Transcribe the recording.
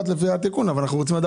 סיכון?